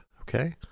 Okay